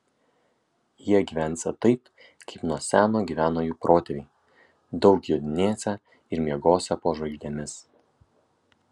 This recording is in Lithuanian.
jie gyvensią taip kaip nuo seno gyveno jų protėviai daug jodinėsią ir miegosią po žvaigždėmis